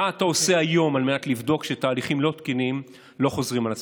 מה אתה עושה היום על מנת לבדוק שתהליכים לא תקינים לא חוזרים על עצמם?